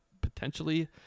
potentially